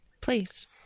Please